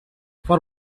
for